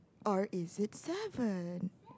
or is it seven